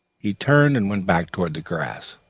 he turned and went back towards the grass.